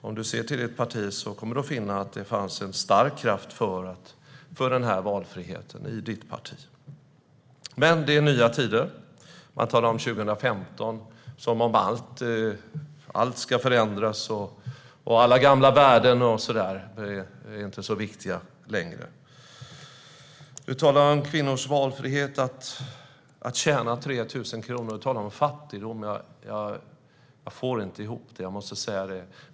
Om du ser till ditt parti kommer du att finna att det fanns en stark kraft för denna valfrihet där. Men det är nya tider nu. Man talar om 2015 som om allt nu ska förändras och att alla gamla värden inte är så viktiga längre. Du talar om kvinnors valfrihet att tjäna 3 000 kronor, och du talar om fattigdom. Jag måste säga att jag inte får ihop det.